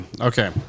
Okay